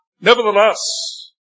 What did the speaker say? nevertheless